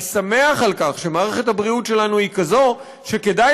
אני שמח שמערכת הבריאות שלנו היא כזאת שכדאי